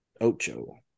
Ocho